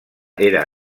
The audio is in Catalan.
era